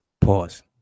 Pause